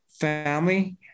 family